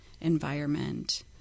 environment